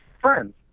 friends